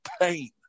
pain